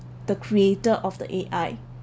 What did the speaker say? the creator of the A_I